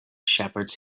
shepherds